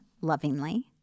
lovingly